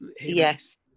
Yes